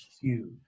huge